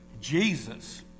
Jesus